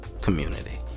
community